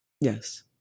Yes